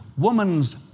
woman's